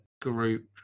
group